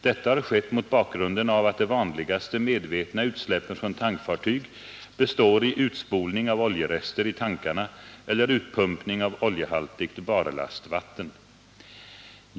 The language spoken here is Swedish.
Detta har skett mot bakgrunden av att de vanligaste medvetna utsläppen från tankfartyg består i utspolning av oljerester i tankarna eller utpumpning av oljehaltigt barlastvatten.